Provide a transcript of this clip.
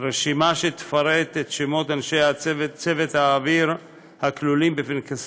רשימה שתפרט את שמות אנשי צוות האוויר הכלולים בפנקס